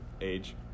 Age